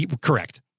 Correct